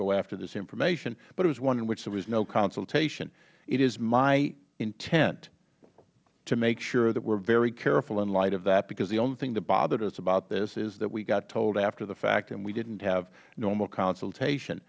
go after this information but it was one in which there was no consultation it is my intent to make sure that we are very careful in light of that because the only thing that bothered us about this is that we got told after the fact and we didn't have normal consultation